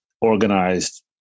organized